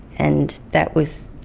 and that was.